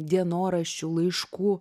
dienoraščių laiškų